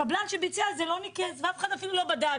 הקבלן שביצע את זה לא ניקז ואף אחד אפילו לא בדק.